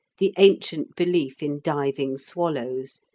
the ancient belief in diving swallows,